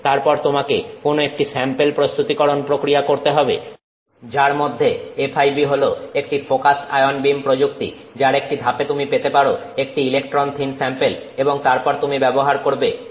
তারপর তোমাকে কোন একটি স্যাম্পেল প্রস্তুতিকরণ প্রক্রিয়া করতে হবে যার মধ্যে FIB হল একটি ফোকাসড আয়ন বীম প্রযুক্তি যার একটি ধাপে তুমি পেতে পারো একটি ইলেকট্রন থিন স্যাম্পেল এবং তারপর তুমি ব্যবহার করবে TEM